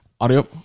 Audio